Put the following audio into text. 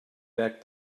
back